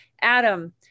adam